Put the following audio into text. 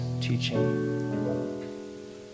teaching